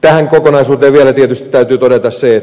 tähän kokonaisuuteen vielä tietysti täytyy todeta se